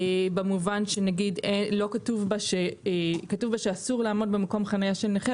במובן זה שכתוב בה שאסור לעמוד במקום חניה של נכה,